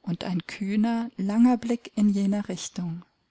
und ein kühner langer blick in jener richtung